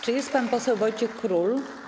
Czy jest pan poseł Wojciech Król?